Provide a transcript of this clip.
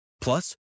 Plus